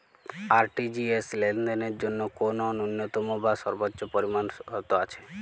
RTGS লেনদেনের জন্য কোন ন্যূনতম বা সর্বোচ্চ পরিমাণ শর্ত আছে?